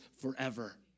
forever